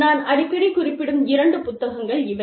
நான் அடிக்கடி குறிப்பிடும் இரண்டு புத்தகங்கள் இவை